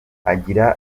agira